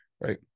right